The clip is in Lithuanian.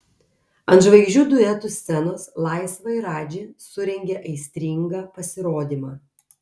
ant žvaigždžių duetų scenos laisva ir radži surengė aistringą pasirodymą